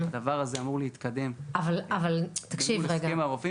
הדבר הזה אמור להתקדם מול הסכם הרופאים